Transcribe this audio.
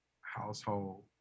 household